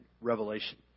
Revelation